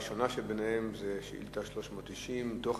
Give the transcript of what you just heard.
הראשונה בהן היא שאילתא מס' 390: דוח